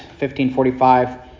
1545